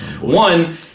One